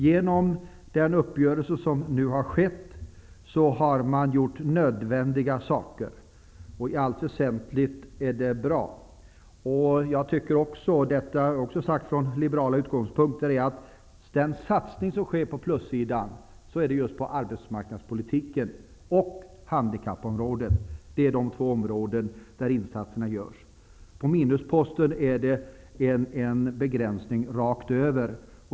Genom den uppgörelse som nu har skett har man vidtagit nödvändiga åtgärder. I allt väsentligt är uppgörelsen bra. Jag tycker också att det är bra -- och även detta säger jag från liberala utgångspunkter -- att det på plussidan sker en satsning just på arbetsmarknadspolitiken och på handikappområdet. Det är framför allt på dessa två områden som insatserna görs. På minussidan är det en begränsning rakt över.